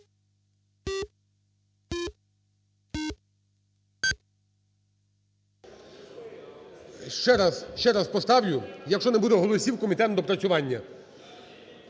Ще раз поставлю. Якщо не буде голосів - в комітет на доопрацювання.